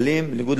בניגוד להוראות,